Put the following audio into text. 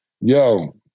yo